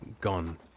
gone